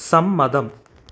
സമ്മതം